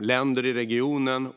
länder i regionen.